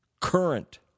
current